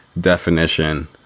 definition